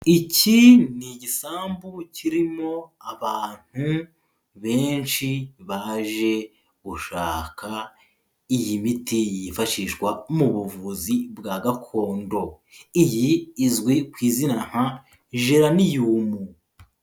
Iki ni igisambu kirimo abantu benshi baje gushaka iyi miti yifashishwa mu buvuzi bwa gakondo, iyi izwi ku izina nka geraniyumu.